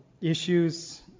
issues